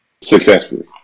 Successfully